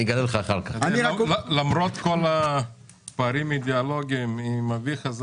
למרות כל הפערים האידיאולוגיים עם אביך,